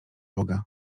boga